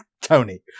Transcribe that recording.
Tony